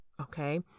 Okay